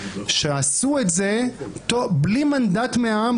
שעשו את זה למעשה בלי מנדט מהעם.